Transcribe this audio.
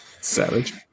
Savage